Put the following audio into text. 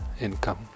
income